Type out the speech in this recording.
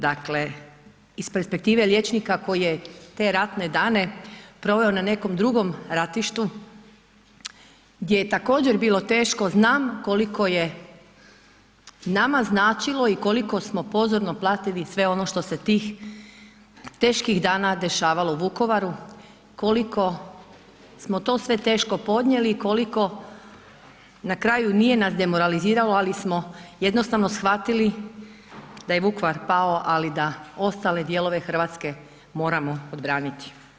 Dakle, iz perspektive liječnika koji je te ratne dane proveo na nekom drugom ratištu gdje je također bilo teško znam koliko je nama značilo i koliko smo pozorno pratili sve ono što se tih teških dana dešavalo u Vukovaru, koliko smo to sve teško podnijeli i koliko na kraju nije nas demoraliziralo, ali smo jednostavno shvatili da je Vukovar pao, ali da ostale dijelove Hrvatske moramo obraniti.